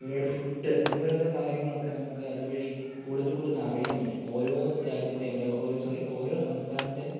ഒരുപാട് ഫുഡ് ഇതുപോലൊക്കെ കാര്യങ്ങളൊക്കെ നമുക്ക് അത്വഴി കൂടുതൽ കൂടുതൽ അറിയാൻ പറ്റും ഓരോ സ് രാജ്യത്തേയും അല്ല ഒരു സോറി ഓരോ സംസ്ഥാനത്തെയും